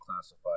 classified